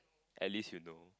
at least you know